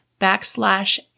backslash